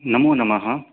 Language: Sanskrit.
नमो नमः